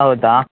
ಹೌದಾ